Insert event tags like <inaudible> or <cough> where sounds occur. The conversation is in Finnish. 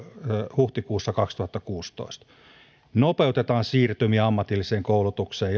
huhtikuussa kaksituhattakuusitoista nopeutetaan siirtymiä ammatilliseen koulutukseen <unintelligible>